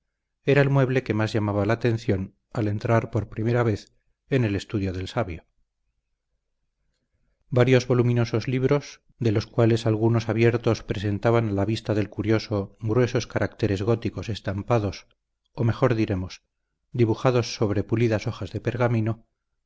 era el mueble que más llamaba la atención al entrar por primera vez en el estudio del sabio varios voluminosos libros de los cuales algunos abiertos presentaban a la vista del curioso gruesos caracteres góticos estampados o mejor diremos dibujados sobre pulidas hojas de pergamino